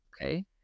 Okay